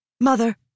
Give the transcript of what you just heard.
Mother